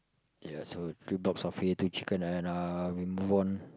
ya so two box of hay two chicken and we move on